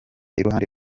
iruhande